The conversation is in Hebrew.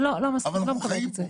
לא, לא מקבלת את זה.